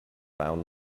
found